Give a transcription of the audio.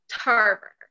Tarver